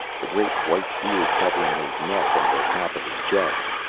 a great white beard covering his neck and the top of his chest.